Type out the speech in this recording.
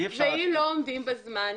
ואם לא עומדים בזמן?